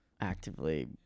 Actively